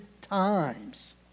times